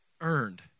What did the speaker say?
earned